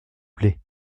plaît